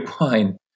wine